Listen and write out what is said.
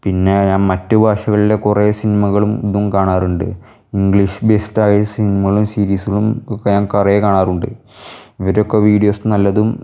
പിന്നെ ഞാൻ മറ്റ് ഭാഷകളിലെ കുറേ സിനിമകളും ഇതും കാണാറുണ്ട് ഇംഗ്ലീഷ് ബേയ്സ്ഡ് ആയി സിനിമകളും സീരീസുകളും ഒക്കെ ഞാൻ കുറേ കാണാറുണ്ട് ഇവരൊക്കെ വീഡിയോസ് നല്ലതും